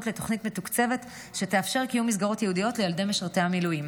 לתוכנית מתוקצבת שתאפשר קיום מסגרות ייעודיות לילדי משרתי המילואים.